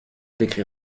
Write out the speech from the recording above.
décret